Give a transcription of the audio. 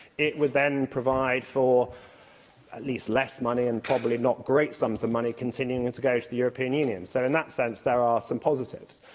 it would then provide for at least less money, and probably not great sums of money, continuing and to go to the european union. so, in that sense, there are some positives,